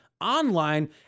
online